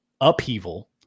upheaval